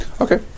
Okay